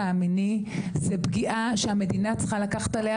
המיני זה פגיעה שהמדינה צריכה לקחת עליה,